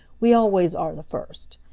we always are the first.